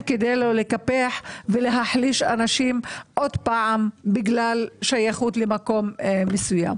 כדי לא לקפח ולהחליש אנשים עוד פעם בגלל שייכות למקום מסוים.